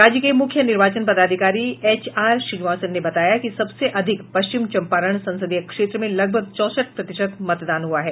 राज्य के मुख्य निर्वाचन पदाधिकारी एच आर श्रीनिवास ने बताया कि सबसे अधिक पश्चिम चंपारण संसदीय क्षेत्र में लगभग चौसठ प्रतिशत मतदान हुआ है